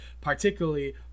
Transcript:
particularly